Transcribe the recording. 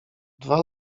dwa